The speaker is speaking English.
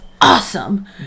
Awesome